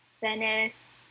Venice